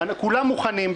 כולם מוכנים,